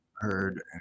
heard